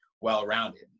well-rounded